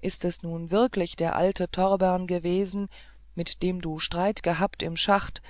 ist es nun wirklich der alte torbern gewesen mit dem du streit gehabt im schacht